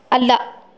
ಅಲ್ಲ